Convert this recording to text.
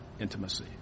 intimacy